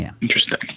Interesting